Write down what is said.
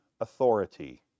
authority